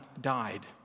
died